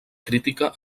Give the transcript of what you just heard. crítica